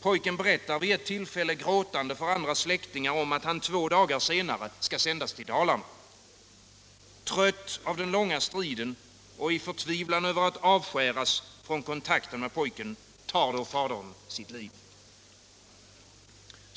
Pojken berättar vid ett tillfälle gråtande för andra släktingar om att han två dagar senare skall sändas till Dalarna. Trött av den långa striden och i förtvivlan över att avskäras från kontakt med pojken tar då fadern sitt liv.